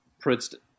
Princeton